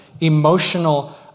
emotional